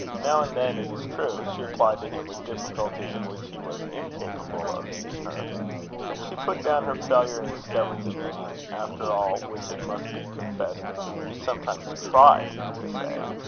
now and then, it is true, she applied to him with difficulties in which he was incapable of aiding her but she put down her failure in discovering the meaning, after all which it must be confessed he sometimes tried to say,